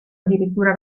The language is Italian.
addirittura